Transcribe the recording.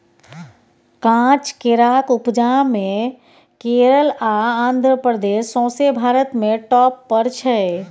काँच केराक उपजा मे केरल आ आंध्र प्रदेश सौंसे भारत मे टाँप पर छै